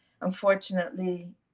unfortunately